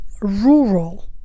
rural